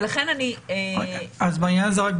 אז בעניין הזה רק,